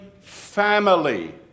family